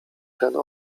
ten